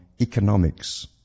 economics